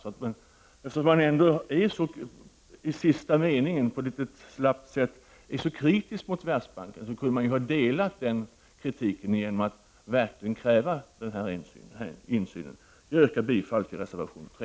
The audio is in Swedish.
Eftersom utskottsmajoriteten i de sista meningarna i betänkandet på ett litet slappt sätt är kritisk mot Världsbanken skulle man kunnat uttrycka den kritiken genom att kräva den här insynen. Jag yrkar bifall till reservation 3.